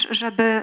żeby